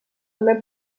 també